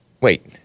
Wait